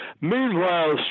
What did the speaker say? Meanwhile